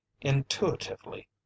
intuitively